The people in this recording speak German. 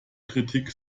kritik